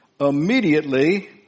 Immediately